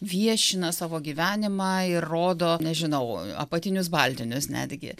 viešina savo gyvenimą ir rodo nežinau apatinius baltinius netgi